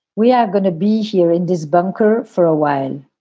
we are going to be here in this bunker for a while.